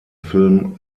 film